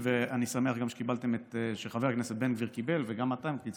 אני גם שמח שחבר הכנסת בן גביר קיבל וגם אתה קיבלת,